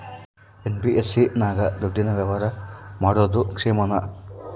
NBFC ನಾಗ ದುಡ್ಡಿನ ವ್ಯವಹಾರ ಮಾಡೋದು ಕ್ಷೇಮಾನ?